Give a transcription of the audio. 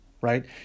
right